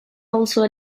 also